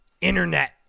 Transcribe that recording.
internet